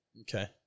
Okay